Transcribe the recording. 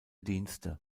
dienste